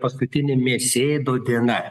paskutinė mėsėdo diena